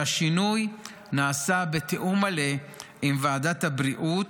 השינוי נעשה בתיאום מלא עם ועדת הבריאות,